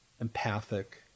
empathic